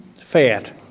fat